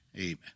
Amen